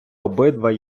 обидва